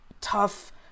tough